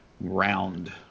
round